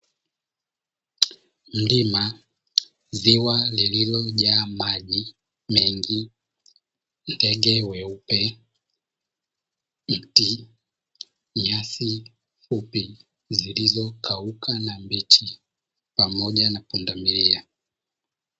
Mlima ,ziwa lililojaa maji mengi, ndege weupe, miti, nyasi fupi zilizokauka na mbichi pamoja na pundamilia.